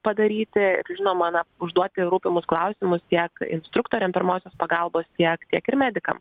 padaryti ir žinoma na užduoti rūpimus klausimus tiek instruktoriam pirmosios pagalbos tiek tiek ir medikam